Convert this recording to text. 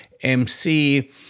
MC